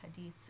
hadiths